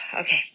okay